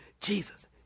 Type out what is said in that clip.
Jesus